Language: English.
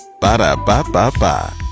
Ba-da-ba-ba-ba